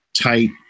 tight